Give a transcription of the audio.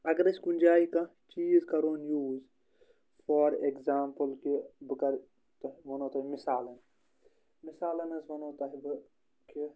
اگر أسۍ کُنہِ جایہِ کانٛہہ چیٖز کَروٕن یوٗز فار ایٚکزامپٕل کہِ بہٕ کَرٕ تۄہہِ وَنو تۄہہِ مِثالَن مِثالَن حظ وَنو تۄہہِ بہٕ کہِ